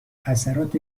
اثرات